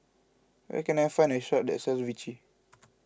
where can I find a shop that sells Vichy